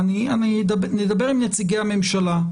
נדבר עם נציגי הממשלה,